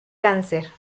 cáncer